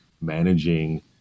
managing